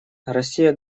россия